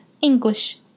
english